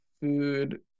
food